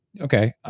okay